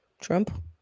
Trump